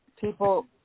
people